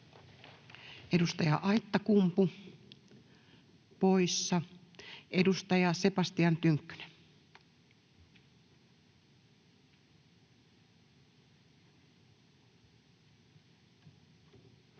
Edustaja Aittakumpu, poissa. — Edustaja Sebastian Tynkkynen.